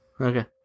Okay